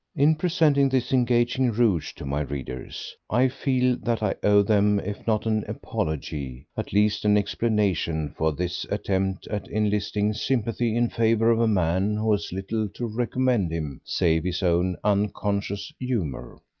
in presenting this engaging rogue to my readers, i feel that i owe them, if not an apology, at least an explanation for this attempt at enlisting sympathy in favour of a man who has little to recommend him save his own unconscious humour.